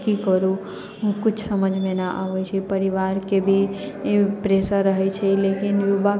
की करू किछु समझमे नहि आबै छै परिवारके भी प्रेशर रहै छै लेकिन युवा